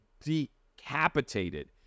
decapitated